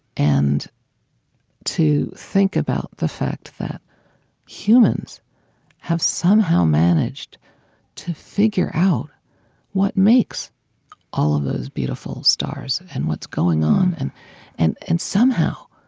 and to think about the fact that humans have somehow managed to figure out what makes all of those beautiful stars and what's going on, and and and somehow,